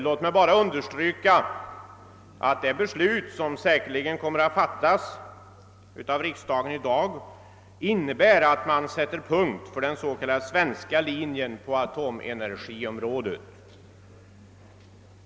Låt mig bara understryka att det beslut som säkerligen kommer att fattas av riksdagen i dag innebär att man sätter punkt för den s.k. svenska linjen på atomenergiområdet.